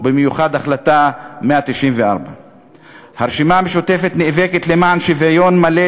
ובמיוחד החלטה 194. הרשימה המשותפת נאבקת למען שוויון מלא,